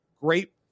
Great